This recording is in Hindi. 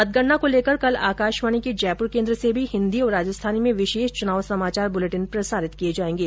मतगणना को लेकर कल आकाशवाणी के जयपुर केन्द्र से भी हिन्दी और राजस्थानी में विशेष चुनाव समाचार बुलेटिन प्रसारित किये जायेंगे